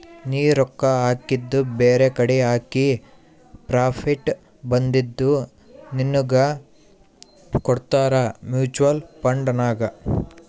ನೀ ರೊಕ್ಕಾ ಹಾಕಿದು ಬೇರೆಕಡಿ ಹಾಕಿ ಪ್ರಾಫಿಟ್ ಬಂದಿದು ನಿನ್ನುಗ್ ಕೊಡ್ತಾರ ಮೂಚುವಲ್ ಫಂಡ್ ನಾಗ್